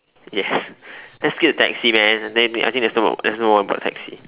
ya let's skip the taxi man and then I think there's no more there's no more about the taxi